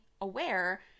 aware